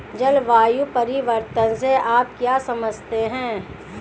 जलवायु परिवर्तन से आप क्या समझते हैं?